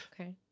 Okay